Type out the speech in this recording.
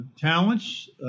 talents